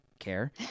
care